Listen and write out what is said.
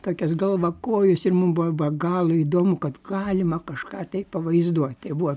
tokias galvakojus ir mum buvo be galo įdomu kad galima kažką tai pavaizduot tai buvo